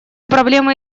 проблема